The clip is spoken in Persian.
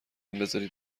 بزارید